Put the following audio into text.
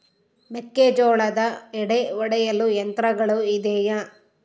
ಮೆಕ್ಕೆಜೋಳದ ಎಡೆ ಒಡೆಯಲು ಯಂತ್ರಗಳು ಇದೆಯೆ?